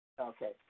Okay